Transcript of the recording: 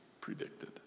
predicted